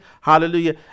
hallelujah